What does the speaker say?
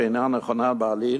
שאיננה נכונה בעליל,